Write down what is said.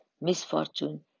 misfortune